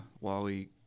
Wally